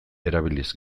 erabiliz